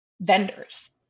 vendors